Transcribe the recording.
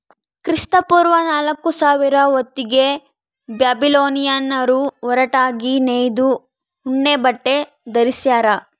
ಕ್ರಿಸ್ತಪೂರ್ವ ನಾಲ್ಕುಸಾವಿರ ಹೊತ್ತಿಗೆ ಬ್ಯಾಬಿಲೋನಿಯನ್ನರು ಹೊರಟಾಗಿ ನೇಯ್ದ ಉಣ್ಣೆಬಟ್ಟೆ ಧರಿಸ್ಯಾರ